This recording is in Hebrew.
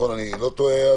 אני לא טועה?